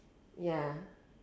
ya